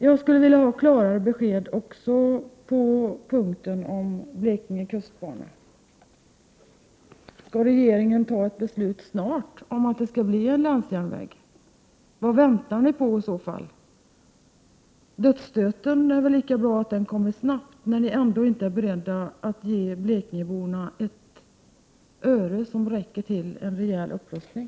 Jag skulle vilja ha klarare besked också om Blekinge kustbana. Avser regeringen att inom kort fatta ett beslut om att Blekinge kustbana skall bli en länsjärnväg? Vad väntar man i så fall på? Det är väl lika bra att dödsstöten kommer snabbt, när man ändå inte är beredd att med ett enda öre bidra till en rejäl upprustning.